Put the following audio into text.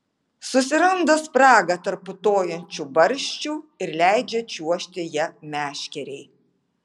susiranda spragą tarp putojančių barščių ir leidžia čiuožti ja meškerei